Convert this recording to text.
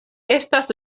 estas